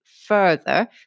further